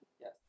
yes